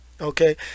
Okay